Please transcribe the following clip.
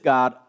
God